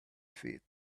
feet